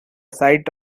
site